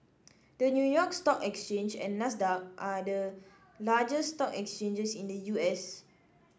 the New York Stock Exchange and Nasdaq are the largest stock exchanges in the U S